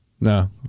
No